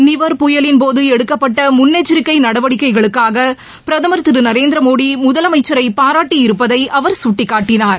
நிவர் புயலின் போது எடுக்கப்பட்ட முன்னெச்சரிக்கை நடவடிக்கைகளுக்காக பிரதமர் திரு நரேந்திர மோடி முதலமைச்சரை பாராட்டி இருப்பதை அவர் சுட்டிக்காட்டினார்